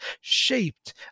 shaped